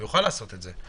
הוא יוכל לעשות את זה,